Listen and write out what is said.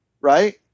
right